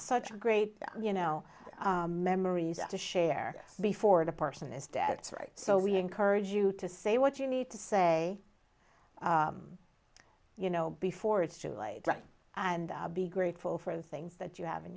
such a great you know memories to share before the person is dad's right so we encourage you to say what you need to say you know before it's too late and be grateful for the things that you have in